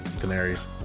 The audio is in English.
canaries